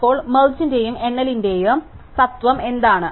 അപ്പോൾ മെർജ് ന്റെയും എണ്ണലിന്റെയും തത്വം എന്താണ്